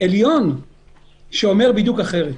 עליון שאומר בדיוק אחרת.